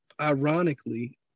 ironically